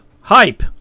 Hype